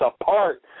apart